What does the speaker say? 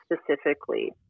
specifically